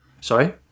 Sorry